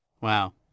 Wow